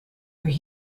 where